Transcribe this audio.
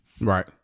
Right